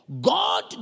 God